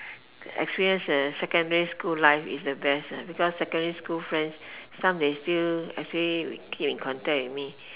experience the secondary school life is the best because secondary school friends some they still actually keep in contact with me